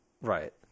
Right